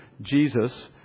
Jesus